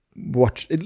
watch